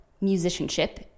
musicianship